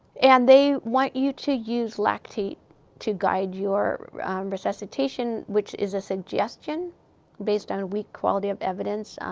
and they want you to use lactate to guide your resuscitation, which is a suggestion based on weak quality of evidence.